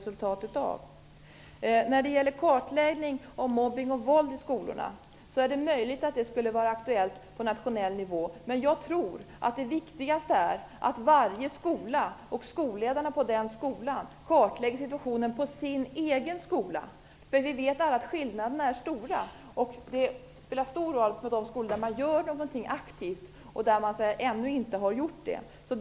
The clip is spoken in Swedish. Sedan gäller det kartläggning av mobbning och våld i skolorna: Det är möjligt att det skulle vara aktuellt på nationell nivå, men jag tror att det viktigaste är att skolledarna i varje skola kartlägger situationen på sin egen skola. Vi vet ju alla att skillnaderna är stora. Det spelar stor roll om man gör någonting aktivt i skolorna eller om man ännu inte har gjort det.